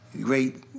great